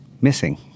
Missing